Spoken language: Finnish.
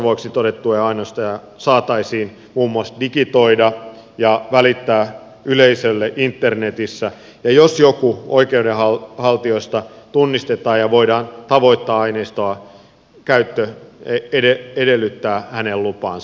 orvoiksi todettuja aineistoja saataisiin muun muassa digitoida ja välittää yleisölle internetissä ja jos joku oikeudenhaltijoista tunnistetaan ja voidaan tavoittaa aineiston käyttö edellyttää hänen lupaansa